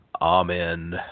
Amen